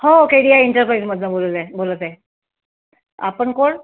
हो K D I इंटरप्राईजमधून बोलत आहे बोलत आहे आपण कोण